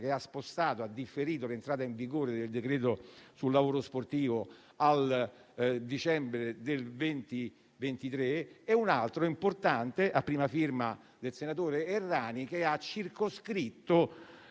che ha differito l'entrata in vigore del decreto sul lavoro sportivo al dicembre 2023, e un altro importante, a prima firma del senatore Errani, che ha circoscritto